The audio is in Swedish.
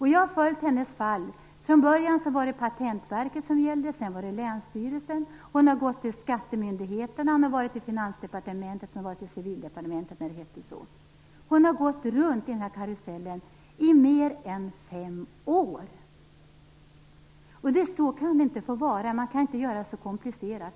Jag har följt hennes fall. Från början vände hon sig till Patentverket, sedan till Länsstyrelsen. Hon har gått till skattemyndigheten, till Finansdepartementet och Civildepartementet, när det hette så. Hon har gått runt i den karusellen i mer än fem år. Så kan det inte få vara. Man kan inte göra det så komplicerat.